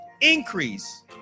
increase